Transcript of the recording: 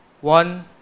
one